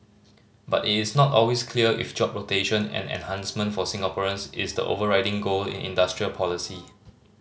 but it is not always clear if job creation and enhancement for Singaporeans is the overriding goal in industrial policy